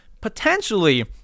potentially